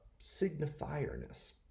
signifierness